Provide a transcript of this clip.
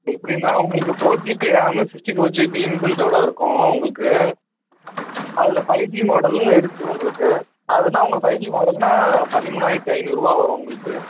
எப்படின்னா உங்களுக்கு four GB RAM sixty four GB இன்பில்ட்டோட இருக்கும் உங்ளுக்கு அதில ஃபைவ் ஜி மாடலுன்னு இருக்கு உங்ளுக்கு அதுன்னா உங்கள் ஃபைவ் ஜி மாடல்ன்னா பதிமூணாயிரத்து ஐநூறுரூவா வரும் உங்குளுக்கு